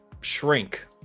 shrink